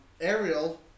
Ariel